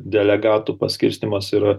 delegatų paskirstymas yra